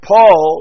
Paul